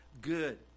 good